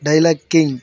dialogue king